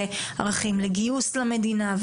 ערכים לגיוס למדינה,